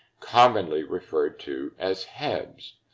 commonly referred to as habs.